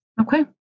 Okay